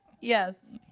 Yes